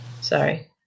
Sorry